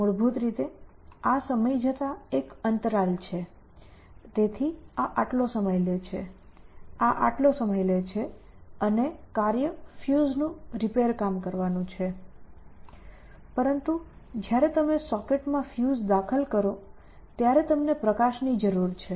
મૂળભૂત રીતે આ સમય જતાં એક અંતરાલ છે તેથી આ આટલો સમય લે છે આ આટલો સમય લે છે અને કાર્ય ફ્યુઝનું રિપેરકામ કરવાનું છે પરંતુ જ્યારે તમે સોકેટ માં ફ્યુઝ દાખલ કરો ત્યારે તમને પ્રકાશની જરૂર છે